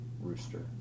Rooster